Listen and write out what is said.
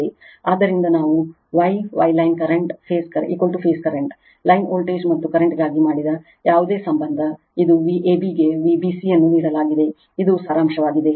ಆದ್ದರಿಂದ ನಾವು Y Y line current phase current line voltage ಮತ್ತು ಕರೆಂಟ್ಗಾಗಿ ಮಾಡಿದ ಯಾವುದೇ ಸಂಬಂಧ ಇದು Vab ಗೆ Vbc ಯನ್ನು ನೀಡಲಾಗಿದೆ ಇದು ಸಾರಾಂಶವಾಗಿದೆ